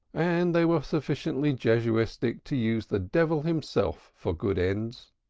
and they were sufficiently jesuitic to use the devil himself for good ends.